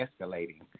escalating